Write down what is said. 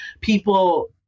people